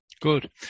Good